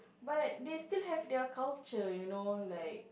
but they still have their culture you know like